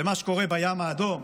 למה שקורה ביום האדום,